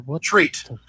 Treat